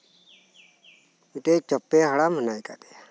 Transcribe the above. ᱢᱤᱫᱴᱮᱡ ᱪᱚᱯᱮ ᱦᱟᱲᱟᱢ ᱦᱮᱱᱟᱭ ᱠᱟᱫᱮᱭᱟ